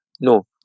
no